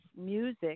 music